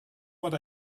what